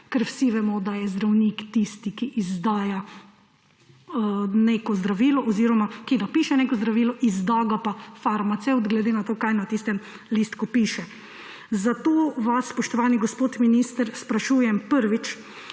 ker vsi vemo, da je zdravnik tisti, ki napiše neko zdravilo, izda ga pa farmacevt glede na to, kaj na tistem listku piše. Zato vas, spoštovani gospod minister, sprašujem: Prvič,